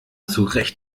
zurecht